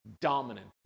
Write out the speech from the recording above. dominant